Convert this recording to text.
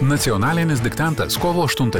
nacionalinis diktantas kovo aštuntą